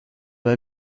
m’a